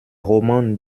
roman